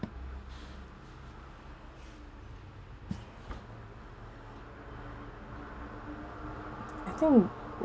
I think